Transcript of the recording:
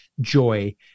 joy